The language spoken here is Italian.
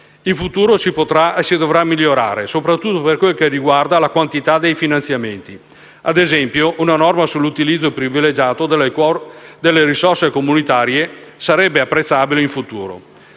si potrà e si dovrà migliorare, soprattutto per quel che riguarda la quantità dei finanziamenti. Ad esempio, una norma sull'utilizzo privilegiato di quota delle risorse comunitarie sarebbe apprezzabile per il futuro.